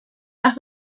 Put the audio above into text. las